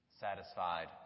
satisfied